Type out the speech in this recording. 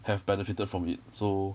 have benefitted from it so